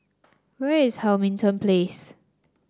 where is Hamilton Place